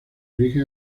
origen